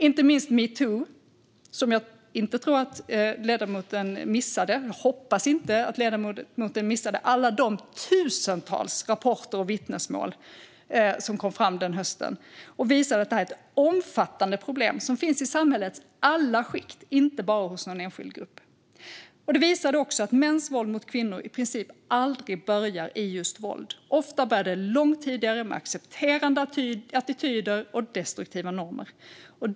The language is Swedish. Inte minst metoo, som jag tror och hoppas att ledamoten inte missade, och alla de tusentals rapporter och vittnesmål som kom fram den hösten visade att det här är ett omfattande problem som finns i samhällets alla skikt, inte bara i någon enskild grupp. Det visade också att mäns våld mot kvinnor i princip aldrig börjar i just våld. Ofta börjar det långt tidigare med accepterande attityder och destruktiva normer.